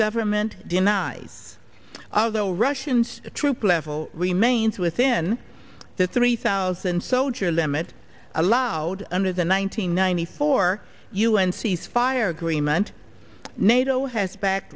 government denies although russians troop level remains within the three thousand soldier limit allowed under the nine hundred ninety four u n cease fire agreement nato has back